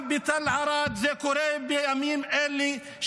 גם בתל ערד זה קורה בימים אלה.